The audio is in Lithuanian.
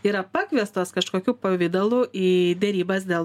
yra pakviestos kažkokiu pavidalu į derybas dėl